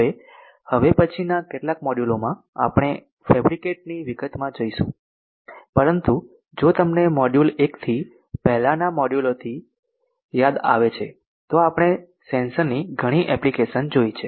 હવે હવે પછીના કેટલાક મોડ્યુલોમાં આપણે ફેબ્રિકેટ ની વિગતમાં જઈશું પરંતુ જો તમને મોડ્યુલ 1 થી પહેલાના મોડ્યુલોથી યાદ આવે છે તો આપણે સેન્સર ની ઘણી એપ્લિકેશન જોઇ છે